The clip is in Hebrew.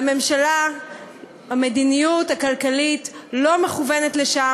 הממשלה והמדיניות הכלכלית לא מכוונת לשם.